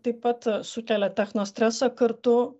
taip pat sukelia techno stresą kartu